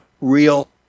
Real